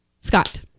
Scott